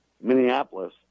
Minneapolis